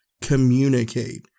Communicate